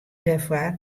dêrfoar